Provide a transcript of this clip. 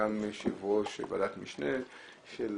גם יושב ראש ועדת משנה של